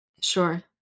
Sure